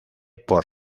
por